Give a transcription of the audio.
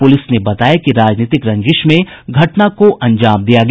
police ने बताया कि राजनीतिक रंजिश में घटना को अंजाम दिया गया